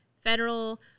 federal